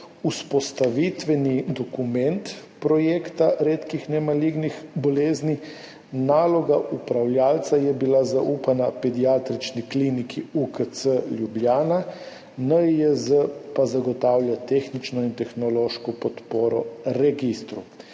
vzpostavitveni dokument projekta redkih nemalignih bolezni. Naloga upravljavca je bila zaupana Pediatrični kliniki UKC Ljubljana, NIJZ pa zagotavlja tehnično in tehnološko podporo registru.